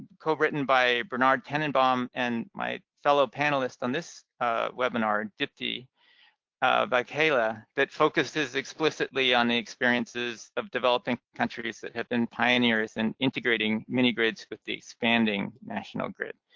co-written by bernard tenenbaum and my fellow panelist on this webinar, dipti vaghela, that focuses explicitly on the experience of developing countries that have been pioneers in integrating mini-grids with the expanding national grid.